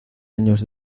años